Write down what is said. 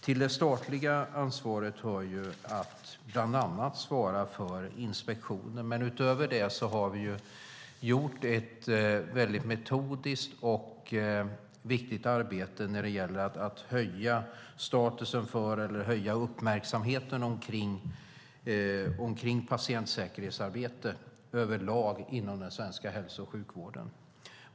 Till det statliga ansvaret hör bland annat att ansvara för inspektioner. Utöver det har vi dock gjort ett metodiskt och viktigt arbete när det gäller att höja statusen för och uppmärksamheten kring patientsäkerhetsarbete över lag inom den svenska hälso och sjukvården.